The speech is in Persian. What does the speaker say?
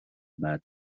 بعد